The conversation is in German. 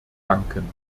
danken